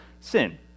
sin